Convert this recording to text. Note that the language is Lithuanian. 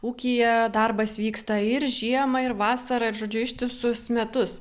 ūkyje darbas vyksta ir žiemą ir vasarą ir žodžiu ištisus metus